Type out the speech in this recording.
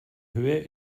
höhe